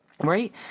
right